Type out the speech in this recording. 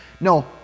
No